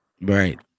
Right